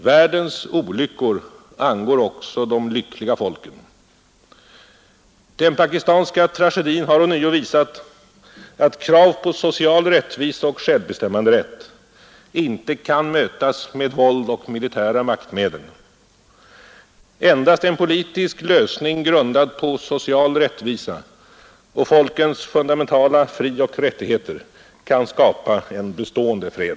Världens olyckor angår också de lyckliga folken, Den pakistanska tragedin har ånyo visat att krav på social rättvisa och självbestämmanderätt inte kan mötas med våld och militära maktmedel. Endast en politisk lösning grundad på social rättvisa och folkens fundamentala frioch rättigheter kan skapa en bestående fred,